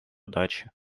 удачи